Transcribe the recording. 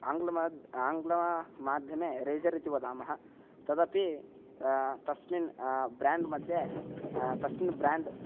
आङ्ग्लमध्ये आङ्ग्लमाध्यमे रेज़र् इति वदामः तदपि तस्मिन् ब्रेण्ड् मध्ये तस्मिन् ब्रेण्ड्